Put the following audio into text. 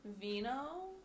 Vino